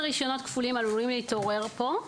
רישיונות כפולים עלולים להתעורר כאן.